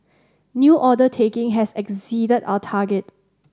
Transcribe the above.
new order taking has exceeded our target